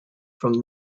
from